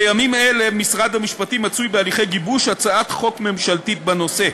בימים אלה משרד המשפטים מצוי בהליכי גיבוש הצעת חוק ממשלתית בנושא.